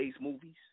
movies